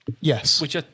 Yes